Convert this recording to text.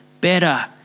better